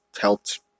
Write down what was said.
helped